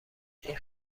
این